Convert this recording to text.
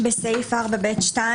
בסעיף 4(ב)(2)